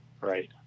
right